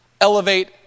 elevate